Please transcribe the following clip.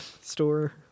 store